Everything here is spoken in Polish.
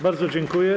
Bardzo dziękuję.